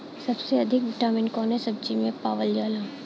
सबसे अधिक विटामिन कवने सब्जी में पावल जाला?